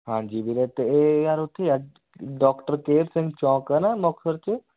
ਹਾਂਜੀ ਵੀਰੇ ਅਤੇ ਇਹ ਯਾਰ ਉੱਥੇ ਐ ਡੋਕਟਰ ਕੇਹਰ ਸਿੰਘ ਚੌਂਕ ਹੈ ਨਾ ਮੁਕਤਸਰ 'ਚ